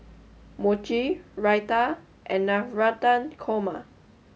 Mochi Raita and Navratan Korma